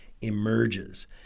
emerges